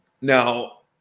Now